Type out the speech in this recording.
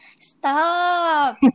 Stop